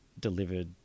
delivered